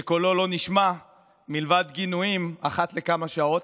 שקולו לא נשמע מלבד גינויים אחת לכמה שעות,